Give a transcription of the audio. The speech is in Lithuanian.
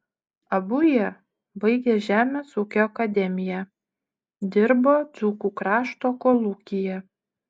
abu jie baigę žemės ūkio akademiją dirbo dzūkų krašto kolūkyje